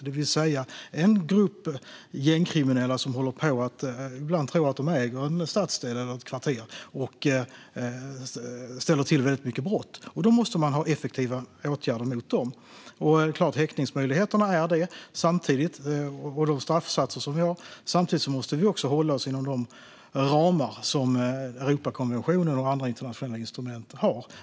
Det är en grupp gängkriminella som ibland tror att de äger en stadsdel eller ett kvarter och ställer till med mycket brottslighet. Där måste man ha effektiva åtgärder mot dem. Häktningsmöjligheterna och de straffsatser vi har är sådana. Samtidigt måste vi hålla oss inom de ramar som Europakonventionen och andra internationella instrument har.